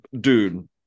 dude